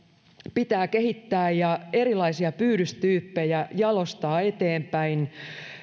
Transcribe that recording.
pitää kehittää ja erilaisia pyydystyyppejä jalostaa eteenpäin